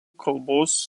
kalbos